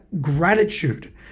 gratitude